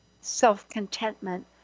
self-contentment